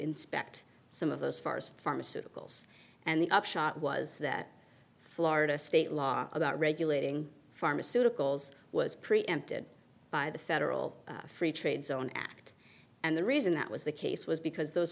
inspect some of those farmers pharmaceuticals and the upshot was that florida state law about regulating pharmaceuticals was preempted by the federal free trade zone act and the reason that was the case was because those